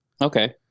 Okay